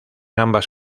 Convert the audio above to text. ambas